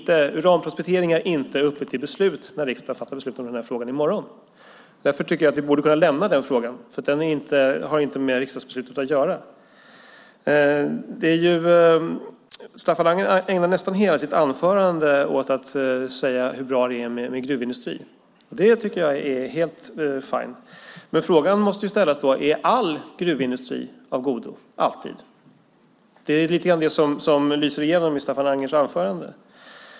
Uranprospektering är inte uppe till beslut när riksdagen fattar beslut om den här frågan i morgon. Därför tycker jag att vi borde kunna lämna den, för den har inte med det här riksdagsbeslutet att göra. Staffan Anger ägnar nästan hela sitt anförande åt att tala om hur bra det är med gruvindustri. Det tycker jag är fine . Men frågan måste ställas om all gruvindustri är av godo alltid. Det är lite av det som lyser igenom i Staffan Angers anförande.